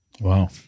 Wow